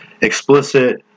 explicit